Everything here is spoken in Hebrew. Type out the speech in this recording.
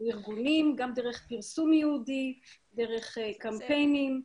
לארגונים, גם דרך פרסום ייעודי, דרך קמפיינים.